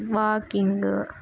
walking